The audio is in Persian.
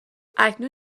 اکنون